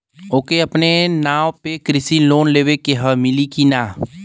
ओके अपने नाव पे कृषि लोन लेवे के हव मिली की ना ही?